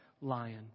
lion